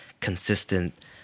consistent